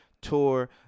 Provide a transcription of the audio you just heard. tour